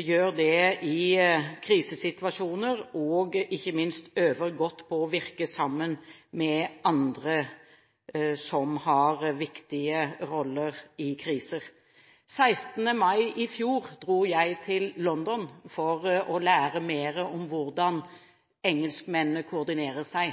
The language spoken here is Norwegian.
gjør det i krisesituasjoner, og ikke minst øver godt på å virke sammen med andre som har viktige roller i kriser. Den 16. mai i fjor dro jeg til London for å lære mer om hvordan engelskmennene koordinerer seg.